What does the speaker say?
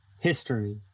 history